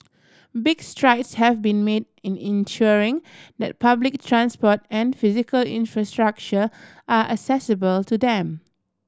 big strides have been made in ensuring that public transport and physical infrastructure are accessible to them